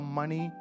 money